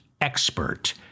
expert